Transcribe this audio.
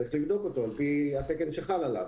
צריך לבדוק אותו על פי התקן שחל עליו,